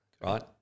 right